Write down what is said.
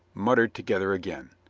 muttered together again.